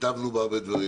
היטבנו בהרבה דברים,